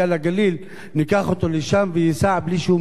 ניקח אותו לשם והוא ייסע בלי שהוא יסכן את הרכב שלו.